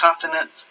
continent